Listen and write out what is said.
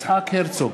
יצחק הרצוג,